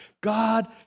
God